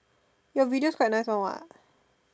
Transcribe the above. your videos quite nice one what